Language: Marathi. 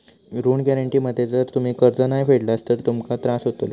ऋण गॅरेंटी मध्ये जर तुम्ही कर्ज नाय फेडलास तर तुमका त्रास होतलो